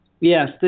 Yes